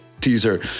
teaser